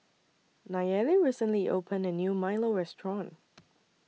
Nayeli recently opened A New Milo Restaurant